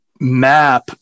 map